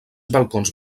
balcons